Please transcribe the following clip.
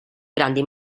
grandi